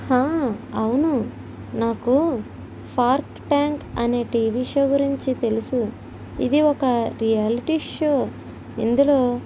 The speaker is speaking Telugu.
అవును నాకు షార్క్ ట్యాంక్ అనే టీవీ షో గురించి తెలుసు ఇది ఒక రియాలిటీ షో ఇందులో